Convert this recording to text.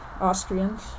Austrians